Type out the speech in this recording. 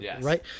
right